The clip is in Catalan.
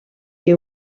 que